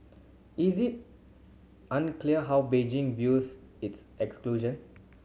is it unclear how Beijing views its exclusion